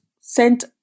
sent